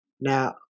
Now